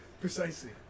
Precisely